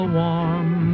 warm